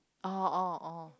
oh oh oh